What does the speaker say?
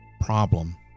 problem